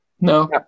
No